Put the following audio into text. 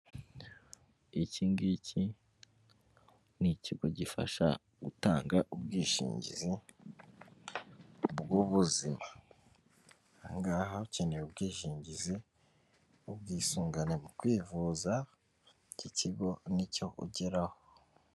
Ikingiki ni ikigo gifasha gutanga ubwishingizi bw'ubuzima, ahangaha ukeneye ubwishingizi n'ubwisungane mu kwivuza iki ikigo nicyo ugeraho.